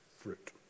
fruit